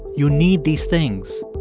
you need these things.